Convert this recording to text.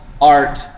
art